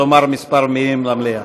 לומר כמה מילים למליאה.